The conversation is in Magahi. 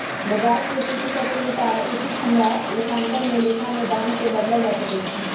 बजार के स्थिति सभ के अनुसार उचित हमरा लेखांकन में लेखा में दाम् के बदलल जा सकइ छै